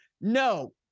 No